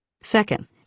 Second